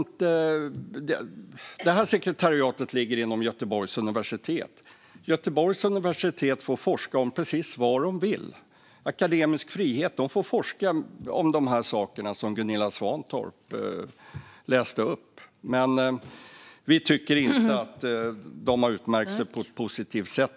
Det här sekretariatet ligger inom Göteborgs universitet. Göteborgs universitet får forska om precis vad de vill. Vi har akademisk frihet. De får forska om dessa saker som Gunilla Svantorp läste upp. Vi tycker dock inte att sekretariatet har utmärkt sig på ett positivt sätt.